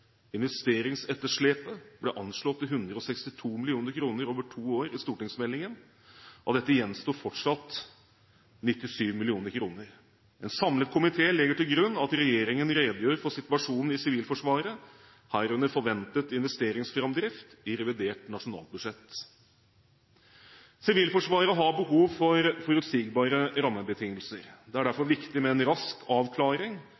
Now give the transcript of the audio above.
Investeringsetterslepet ble anslått til 162 mill. kr over to år i stortingsmeldingen. Av dette gjenstår fortsatt 97 mill. kr. En samlet komité legger til grunn at regjeringen redegjør for situasjonen i Sivilforsvaret – herunder forventet investeringsframdrift – i revidert nasjonalbudsjett. Sivilforsvaret har behov for forutsigbare rammebetingelser. Det er derfor viktig med en rask avklaring